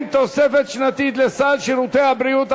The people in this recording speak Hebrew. תוספת שנתית לסל שירותי הבריאות),